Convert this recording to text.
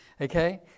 Okay